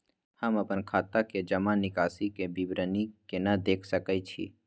हम अपन खाता के जमा निकास के विवरणी केना देख सकै छी?